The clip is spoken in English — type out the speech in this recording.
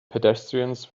pedestrians